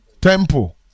temple